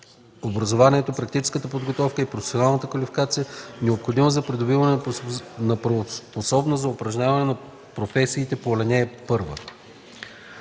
образованието, практическата подготовка и професионалната квалификация, необходими за придобиване на правоспособност за упражняване на професиите по ал.